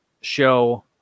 show